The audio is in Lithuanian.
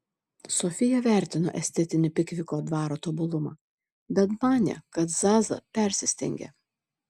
sofija vertino estetinį pikviko dvaro tobulumą bet manė kad zaza persistengia